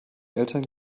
eltern